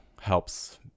helps